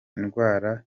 indwara